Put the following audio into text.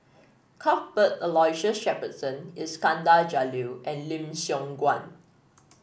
Cuthbert Aloysius Shepherdson Iskandar Jalil and Lim Siong Guan